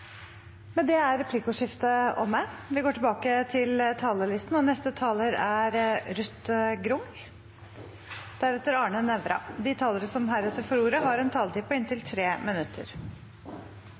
Med det er replikkordskiftet omme. De talere som heretter får ordet, har også en taletid på inntil